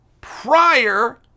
prior